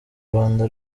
rwanda